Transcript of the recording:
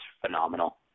phenomenal